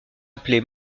appelé